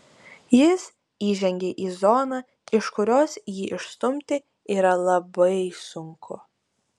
jis įžengia į zoną iš kurios jį išstumti yra labai sunku